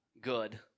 good